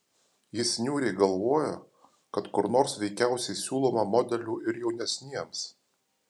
jis niūriai galvojo kad kur nors veikiausiai siūloma modelių ir jaunesniems